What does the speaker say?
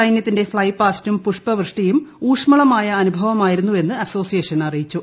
സൈനൃത്തിന്റെ ഫ്ളൈ പാസ്റ്റും പുഷ്പവൃഷ്ടിയും ഊഷ്മളമായ അനുഭവമായിരുന്നുവെന്ന് അസ്സോസിയേഷൻ അറിയിച്ചു